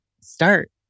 start